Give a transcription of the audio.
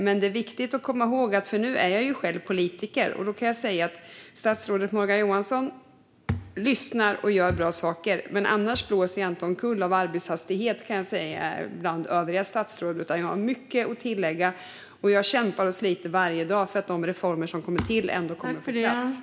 Men nu är jag ju själv politiker och kan säga att statsrådet Morgan Johansson lyssnar och gör bra saker, men annars blåser jag inte omkull av arbetshastigheten bland övriga statsråd utan jag har mycket att tillägga. Jag kämpar och sliter varje dag för att de reformer som beslutas ska komma på plats.